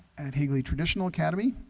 at higley traditional academy